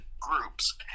groups